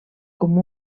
com